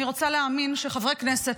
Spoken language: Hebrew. אני רוצה להאמין שחברי כנסת,